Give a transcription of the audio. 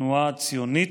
לתנועה הציונית,